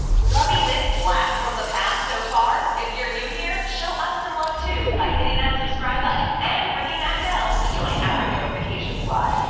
loving this blast from the past so far? if you're new here, show us some love to by hitting that subscribe button and ringing that bell to join our notification squad.